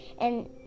and